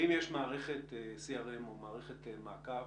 האם יש מערכת CRM או מערכת מעקב